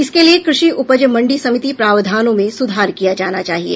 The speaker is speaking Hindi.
इसके लिए कृषि उपज मंडी समिति प्रावधानों में सुधार किया जाना चाहिए